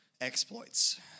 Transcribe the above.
Exploits